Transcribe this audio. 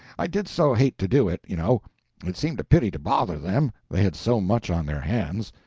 i did so hate to do it, you know it seemed a pity to bother them, they had so much on their hands.